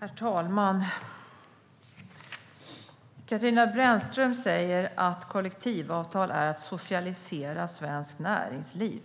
Herr talman! Katarina Brännström säger att kollektivavtal är att socialisera svenskt näringsliv.